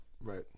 Right